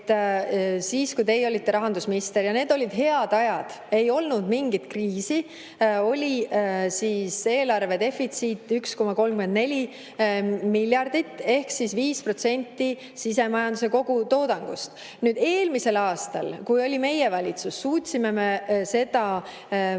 siis, kui teie olite rahandusminister – ja need olid head ajad, ei olnud mingit kriisi –, oli eelarvedefitsiit 1,34 miljardit ehk 5% sisemajanduse kogutoodangust. Eelmisel aastal, kui tuli meie valitsus, suutsime me seda